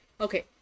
Okay